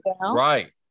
right